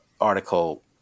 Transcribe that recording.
article